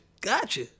Gotcha